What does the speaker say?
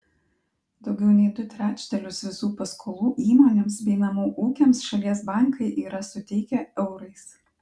daugiau nei du trečdalius visų paskolų įmonėms bei namų ūkiams šalies bankai yra suteikę eurais